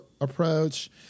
approach